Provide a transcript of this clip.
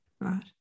Right